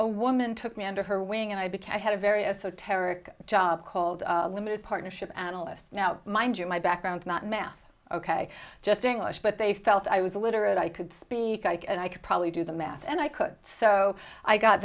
a woman took me under her wing and i do i had a very esoteric job called limited partnership analysts now mind you my background not math ok just english but they felt i was a literate i could speak i could probably do the math and i could so i got